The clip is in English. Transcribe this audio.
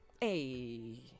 Hey